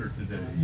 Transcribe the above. today